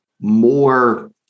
more